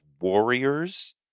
warriors